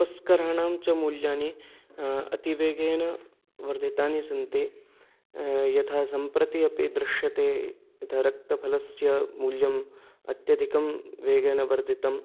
उपस्कराणाञ्च मूल्याणि अतिवेगेन वर्धितानि सन्ति यथा सम्प्रति अपि दृश्यते यथा रक्तफलस्य मूल्यम् अत्यधिकं वेगेन वर्धितं